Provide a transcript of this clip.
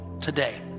today